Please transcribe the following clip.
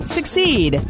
Succeed